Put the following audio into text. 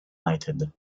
united